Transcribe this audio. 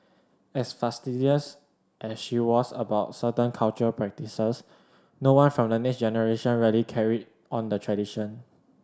as fastidious as she was about certain cultural practices no one from the next generation really carried on the tradition